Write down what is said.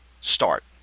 start